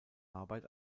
arbeit